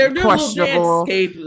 questionable